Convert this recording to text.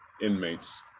inmates